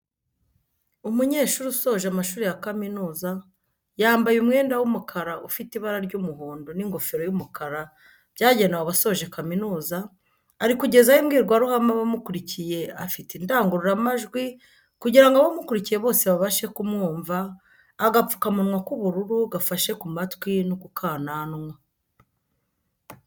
Umunyeshuri usoje amashuri ya kaminuza yambaye umwenda w'umukara ufite ibara ry'umuhondo n'ingofero y'umukara byagenewe abasoje kaminuza, ari kugezaho imbwirwaruhame abamukurikiye afite indangururamajwi kugirango abamukurikiye bose babashe kumwumva, agapfukamunwa k'ubururu gafashe ku matwi no ku kananwa